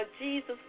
Jesus